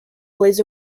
plays